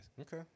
Okay